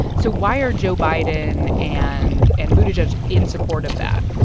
so why are joe biden and and buttigieg in support of that?